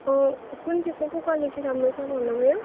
कुन चाहिँको पो क्वालिटी राम्रो छ भन्नु भयो